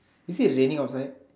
is it raining outside